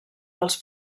dels